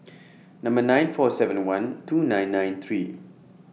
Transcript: Number nine four seven and one two nine nine three